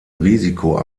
risiko